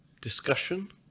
discussion